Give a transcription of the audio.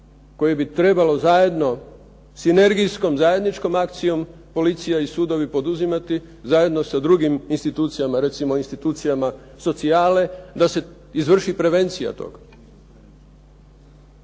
koje bi trebalo zajedno, sinergijskom zajedničkom akcijom policija i sudovi poduzimati zajedno sa drugim institucijama, recimo institucijama socijale, da se izvrši prevencija tog.